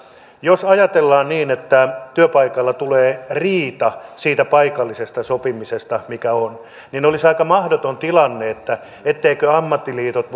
jos ajatellaan niin että työpaikalla tulee riita siitä paikallisesta sopimisesta mikä on niin olisi aika mahdoton tilanne etteivätkö ammattiliitot